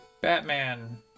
Batman